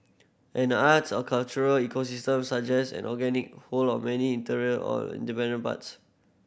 an arts and cultural ecosystem suggest an organic whole of many interrelated or dependent parts